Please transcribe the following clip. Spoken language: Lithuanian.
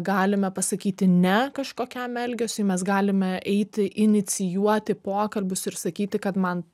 galime pasakyti ne kažkokiam elgesiui mes galime eiti inicijuoti pokalbius ir sakyti kad man